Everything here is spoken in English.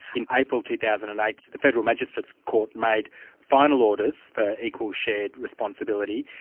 in april two thousand and eight, the federal magistrate's court made final orders for equal shared responsibility,